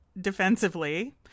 defensively